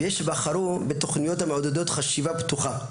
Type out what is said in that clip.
ויש שבחרו בתכניות המעודדות חשיבה פתוחה,